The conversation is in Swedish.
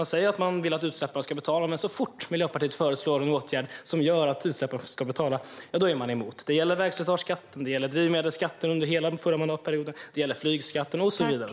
Man säger att man vill att utsläpparna ska betala, men så fort Miljöpartiet föreslår en åtgärd som gör att utsläpparna ska betala är man emot. Det gäller vägslitageskatten, drivmedelsskatten under hela den förra mandatperioden, flygskatten och så vidare.